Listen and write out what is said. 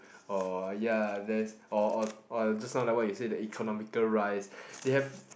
or ya there's or or or just now what you say the economical rice they have